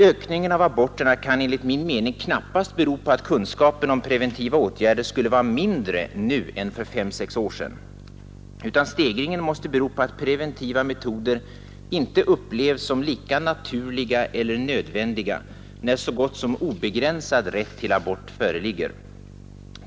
Enligt min mening kan ökningen av aborterna knappast bero på att kunskaperna om preventiva åtgärder skulle vara mindre nu än för fem å sex år sedan, utan stegringen måste bero på att preventiva metoder inte upplevs som lika naturliga eller nödvändiga, när så gott som obegränsad rätt till abort föreligger.